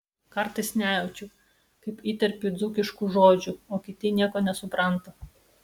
kartais nejaučiu kaip įterpiu dzūkiškų žodžių o kiti nieko nesupranta